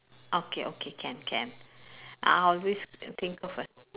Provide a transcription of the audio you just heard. okay okay can can I always think of a